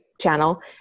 channel